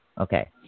Okay